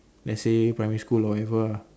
let's say primary school or whatever lah